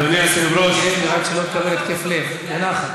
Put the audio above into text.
חבר הכנסת יעקב מרגי, בבקשה.